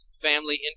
family